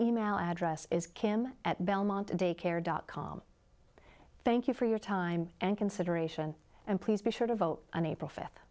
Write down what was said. email address is kim at belmont day care dot com thank you for your time and consideration and please be sure to vote on april fifth